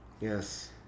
Yes